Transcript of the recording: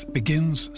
begins